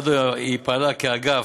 עד היום היא פעלה כאגף